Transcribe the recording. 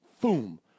boom